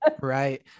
right